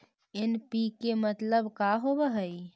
NPK मतलब का होव हइ?